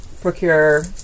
procure